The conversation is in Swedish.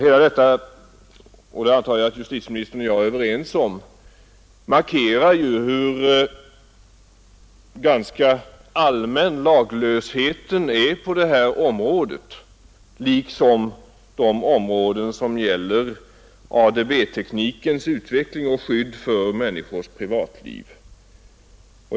Allt detta — det antar jag att justitieministern och jag är överens om — markerar ju hur allmän laglösheten är på detta område liksom när det gäller ADB-teknikens utveckling och skyddet för människors privatliv.